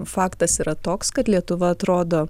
faktas yra toks kad lietuva atrodo